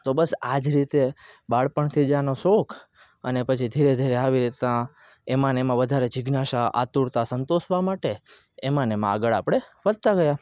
તો બસ આ જ રીતે બાળપણથી જ આનો શોખ અને પછી ધીરે ધીરે આવી રીતના એમાં ને એમાં વધારે જિજ્ઞાસા આતુરતા સંતોષવા માટે એમાં ને એમાં આગળ આપણે વધતા ગયા